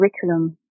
curriculum